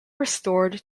restored